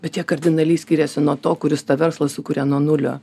bet jie kardinaliai skiriasi nuo to kuris tą verslą sukuria nuo nulio